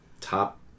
top